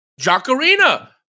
Jacarina